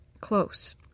Close